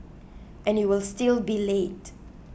and you will still be late